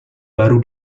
baru